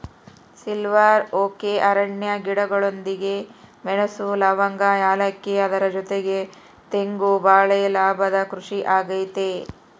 silver oak ಅರಣ್ಯ ಗಿಡಗಳೊಂದಿಗೆ ಮೆಣಸು, ಲವಂಗ, ಏಲಕ್ಕಿ ಅದರ ಜೊತೆಗೆ ತೆಂಗು ಬಾಳೆ ಲಾಭದ ಕೃಷಿ ಆಗೈತೆ